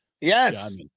Yes